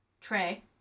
tray